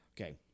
Okay